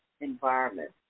environment